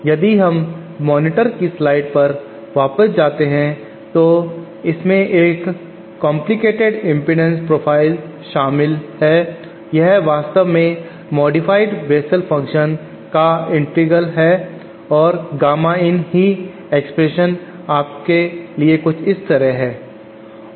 यदि हम मॉनिटर की स्लाइड पर वापस जाते हैं तो इसमें एक जटिल कॉम्प्लिकेटेड इम्पीडन्स प्रोफाइल शामिल है यह वास्तव में संशोधित मॉडिफाइड बेसेल फंक्शन का इंटीग्रल है और गामा in की एक्सप्रेशन आपके लिए कुछ इस तरह है